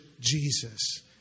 Jesus